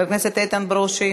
חבר הכנסת נחמן שי,